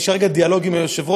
יש הרגע דיאלוג עם היושב-ראש,